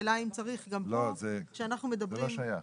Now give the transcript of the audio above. האם צריך גם פה, כשאנחנו מדברים --- זה לא שייך.